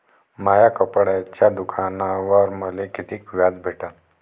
माया कपड्याच्या दुकानावर मले कितीक व्याज भेटन?